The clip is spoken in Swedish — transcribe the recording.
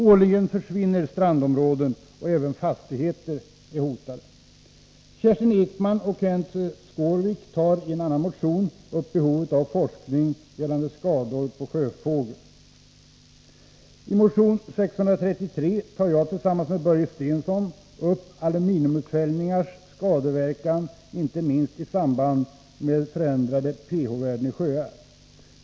Årligen försvinner strandområden, och även fastigheter är hotade. Kerstin Ekman och Kenth Skårvik tar i en annan motion upp behovet av forskning gällande skador på sjöfågel. I motion 633 tar jag tillsammans med Börje Stensson upp aluminiumutfällningars skadeverkan, inte minst i samband med förändrade pH-värden i sjöar.